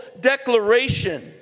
declaration